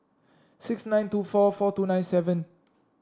six nine two four four two nine seven